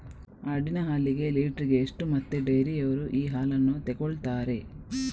ಆಡಿನ ಹಾಲಿಗೆ ಲೀಟ್ರಿಗೆ ಎಷ್ಟು ಮತ್ತೆ ಡೈರಿಯವ್ರರು ಈ ಹಾಲನ್ನ ತೆಕೊಳ್ತಾರೆ?